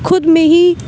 خود میں ہی